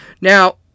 Now